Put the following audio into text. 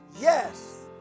Yes